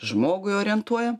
žmogui orientuojam